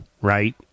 right